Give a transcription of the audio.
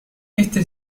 este